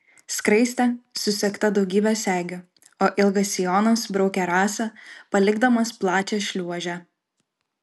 skraistė susegta daugybe segių o ilgas sijonas braukė rasą palikdamas plačią šliuožę